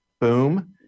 boom